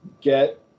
get